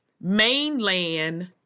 mainland